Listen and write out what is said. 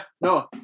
No